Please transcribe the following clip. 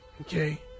okay